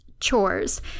chores